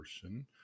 person